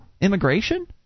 immigration